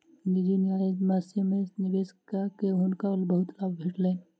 निजी न्यायसम्य में निवेश कअ के हुनका बहुत लाभ भेटलैन